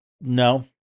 no